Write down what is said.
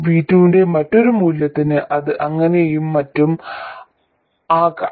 V2 ന്റെ മറ്റൊരു മൂല്യത്തിന് അത് അങ്ങനെയും മറ്റും ആകാം